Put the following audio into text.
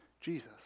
Jesus